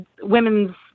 women's